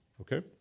okay